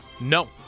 No